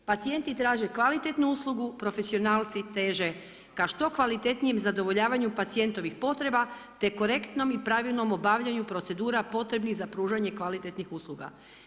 Pacijenti traže kvalitetnu uslugu, profesionalci teže ka što kvalitetnijem zadovoljavanju pacijentovih potreba te korektnom i pravilnom obavljanju procedura potrebnim za pružanje kvalitetnih usluga.